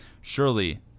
Surely